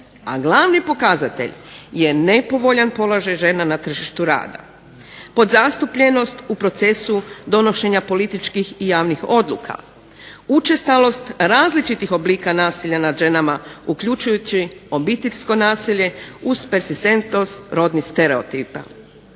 A glavni pokazatelj je nepovoljan položaj žena na tržištu rada. Podzastupljenost u procesu donošenja političkih i javnih odluka, učestalost različitih oblika nasilja nad ženama uključujući obiteljsko nasilje uz ... rodnih stereotipa.